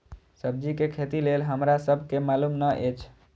सब्जी के खेती लेल हमरा सब के मालुम न एछ?